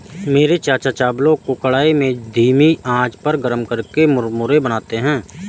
मेरे चाचा चावलों को कढ़ाई में धीमी आंच पर गर्म करके मुरमुरे बनाते हैं